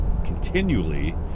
continually